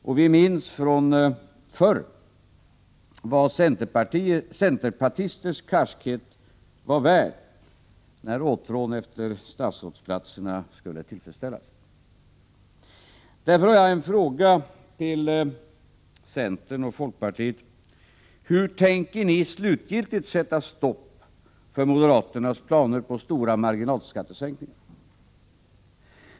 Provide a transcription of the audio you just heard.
Och vi minns från förr vad centerpartisters karskhet var värd, när begäret efter statsrådsposterna skulle tillfredsställas. Därför vill jag fråga centern och folkpartiet: Hur tänker ni slutgiltigt sätta stopp för moderaternas planer på stora marginalskattesänkningar?